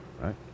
right